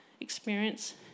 experience